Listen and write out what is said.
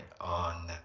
on